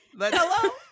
hello